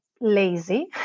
lazy